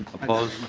opposed?